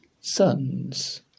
sons